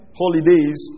holidays